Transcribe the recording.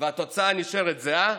והתוצאה נשארת זהה,